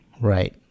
Right